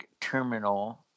Terminal